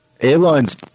Airlines